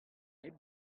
hep